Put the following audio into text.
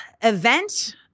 Event